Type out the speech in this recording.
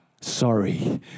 Sorry